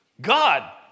God